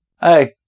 Hey